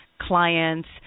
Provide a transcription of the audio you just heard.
clients